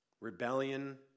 Rebellion